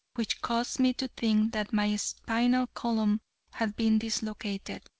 which caused me to think that my spinal column had been dislocated.